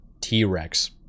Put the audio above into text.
T-Rex